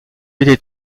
était